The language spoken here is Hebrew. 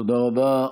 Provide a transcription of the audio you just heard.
תודה רבה.